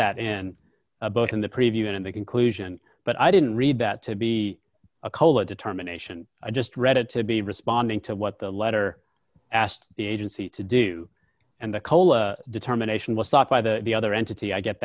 that and both in the preview and the conclusion but i didn't read that to be a colon determination i just read it to be responding to what the letter asked the agency to do and the cola determination was sought by the the other entity i get